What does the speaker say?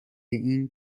این